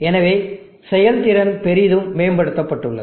எனவே செயல்திறன் பெரிதும் மேம்படுத்தப்பட்டுள்ளது